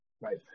right